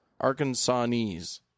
Arkansanese